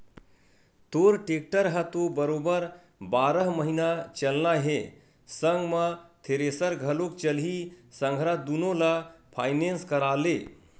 तोर टेक्टर ह तो बरोबर बारह महिना चलना हे संग म थेरेसर घलोक चलही संघरा दुनो ल फायनेंस करा ले